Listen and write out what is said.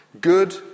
Good